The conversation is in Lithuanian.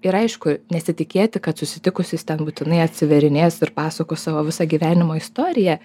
ir aišku nesitikėti kad susitikus jis ten būtinai atsiverinės ir pasakos savo visą gyvenimo istoriją